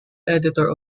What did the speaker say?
editor